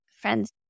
friends